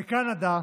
בקנדה,